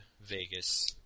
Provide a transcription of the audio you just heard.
Vegas